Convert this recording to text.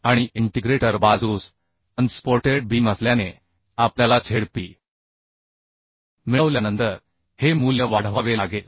आणि इंटिग्रेटर बाजूस unsupported beam असल्याने आपल्याला z p मिळवल्यानंतर हे मूल्य वाढवावे लागेल